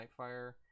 Nightfire